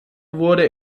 wurde